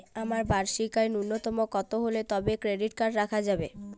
আমার বার্ষিক আয় ন্যুনতম কত হলে তবেই ক্রেডিট কার্ড রাখা যাবে?